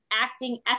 acting